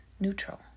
neutral